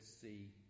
see